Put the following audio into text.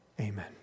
Amen